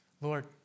Lord